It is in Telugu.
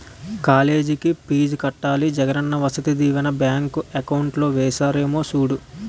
కాలేజికి ఫీజు కట్టాలి జగనన్న వసతి దీవెన బ్యాంకు అకౌంట్ లో ఏసారేమో సూడు